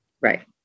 Right